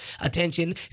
attention